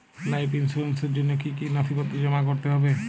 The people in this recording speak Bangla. লাইফ ইন্সুরেন্সর জন্য জন্য কি কি নথিপত্র জমা করতে হবে?